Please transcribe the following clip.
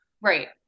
Right